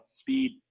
speed